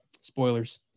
Spoilers